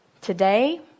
today